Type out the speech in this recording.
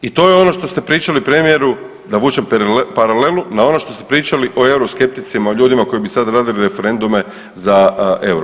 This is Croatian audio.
I to je ono što ste pričali premijeru da vučem paralelu na ono što ste pričali o euroskepticima o ljudima koji bi sada radili referendume za EUR-o.